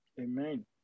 Amen